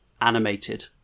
animated